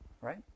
right